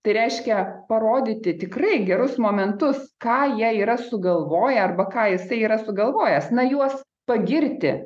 tai reiškia parodyti tikrai gerus momentus ką jie yra sugalvoję arba ką jisai yra sugalvojęs na juos pagirti